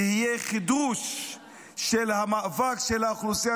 תהיה חידוש של המאבק של האוכלוסייה